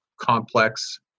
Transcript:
complex